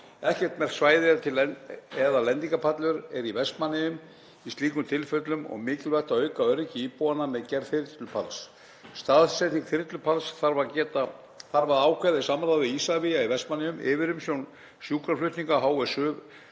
Ekkert merkt svæði eða lendingarpallur er í Vestmannaeyjum í slíkum tilfellum og mikilvægt að auka öryggi íbúanna með gerð þyrlupalls. Staðsetningu þyrlupalls þarf að ákveða í samráði við Isavia í Vestmannaeyjum, yfirstjórn sjúkraflutninga HSU,